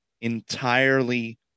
Entirely